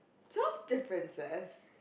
tell differences